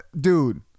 dude